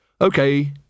Okay